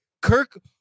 Kirk